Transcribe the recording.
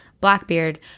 Blackbeard